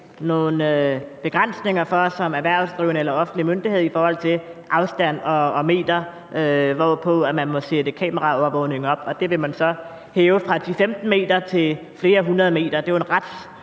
nogle begrænsninger for erhvervsdrivende eller offentlige myndigheder i forhold til afstand og antal meter, når der må sættes kameraovervågning op, og det vil man så hæve fra 10-15 m til flere hundrede meter. Det er jo en ret